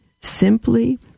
simply